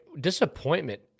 disappointment